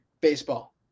Baseball